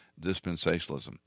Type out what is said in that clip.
dispensationalism